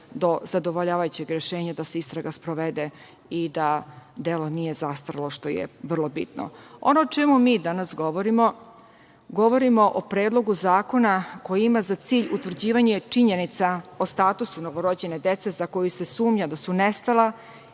do zadovoljavajućeg rešenja, da se istraga sprovede i da delo nije zastarelo, što je vrlo bitno. Ono o čemu mi danas govorimo, govorimo o predlogu zakona koji ima za cilj utvrđivanje činjenice o statusu novorođene dece za koju se sumnja da su nestala